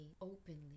openly